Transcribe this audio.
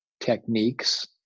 techniques